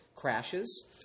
Crashes